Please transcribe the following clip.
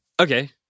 Okay